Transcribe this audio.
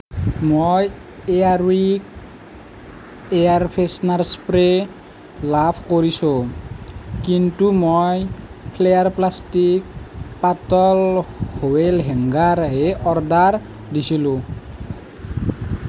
মই Air Wick air freshener spray লাভ কৰিছোঁ কিন্তু মই ফ্লেয়াৰ প্লাষ্টিকছ পাতল হেংৱেল হেংগাৰ হে অৰ্ডাৰ দিছিলোঁ